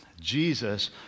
Jesus